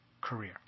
career